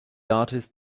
artist